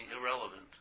irrelevant